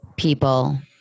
People